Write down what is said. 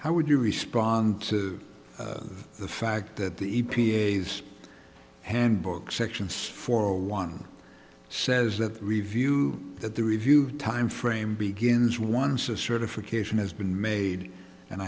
how would you respond to the fact that the e p a s handbook sections for one says that review that the review time frame begins once a certification has been made and